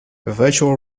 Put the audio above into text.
virtual